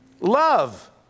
love